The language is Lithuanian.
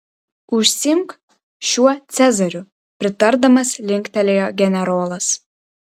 užsiimk šiuo cezariu pritardamas linktelėjo generolas